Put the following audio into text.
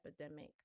epidemic